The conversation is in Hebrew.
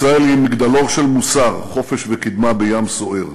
ישראל היא מגדלור של מוסר, חופש וקדמה בים סוער,